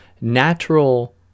natural